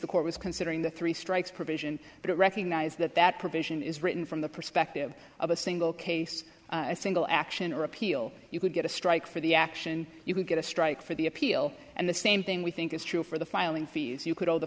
the court was considering the three strikes provision but recognize that that provision is written from the perspective of a single case a single action or appeal you could get a strike for the action you can get a strike for the appeal and the same thing we think is true for the filing fees you could all the